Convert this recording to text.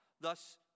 thus